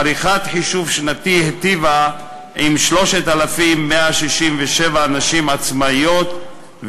עריכת החישוב השנתי היטיבה עם 3,167 נשים עצמאיות,